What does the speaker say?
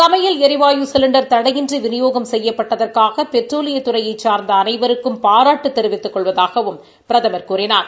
சமையல் ளிவாயு சிலிண்டர் தடையின்றி விநியோகம் செய்யப்பட்டதற்காக பெட்ரோலியத்துறையை சார்ந்த அனைவருக்கும் பாராட்டு தெரிவித்துக் கொள்வதாவும் பிரதமர் கூறினார்